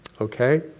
okay